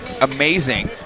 amazing